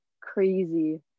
Crazy